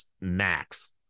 max